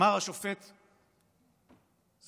אמר השופט חיים כהן,